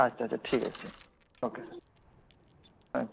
আচ্ছা আচ্ছা ঠিক আছে sir okay sir thank you